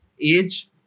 age